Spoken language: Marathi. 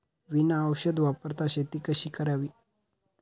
बिना औषध वापरता शेती कशी करावी?